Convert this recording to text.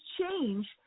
change